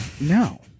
No